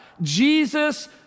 Jesus